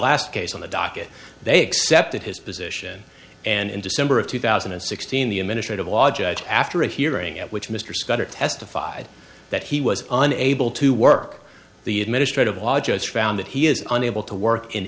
last case on the docket they accepted his position and in december of two thousand and sixteen the administrators lodge after a hearing at which mr scudder testified that he was unable to work the administrative law judge found that he is unable to work in